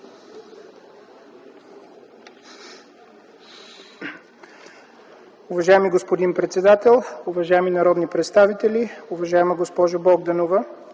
Уважаеми господин председател, уважаеми народни представители! Уважаема госпожо Богданова,